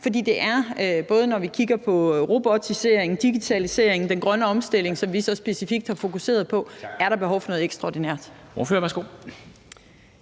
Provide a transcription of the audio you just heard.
end er, for både når vi kigger på robotisering, digitalisering og den grønne omstilling, som vi så specifikt har fokuseret på, er der behov for noget ekstraordinært.